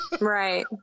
Right